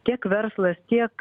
tiek verslas tiek